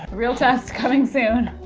real test coming soon,